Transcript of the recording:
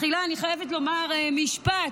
תחילה אני חייבת לומר משפט.